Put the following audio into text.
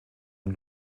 und